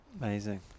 amazing